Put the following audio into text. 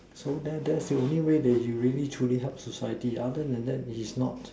so there that's the only way that you truly helps the society other than that is not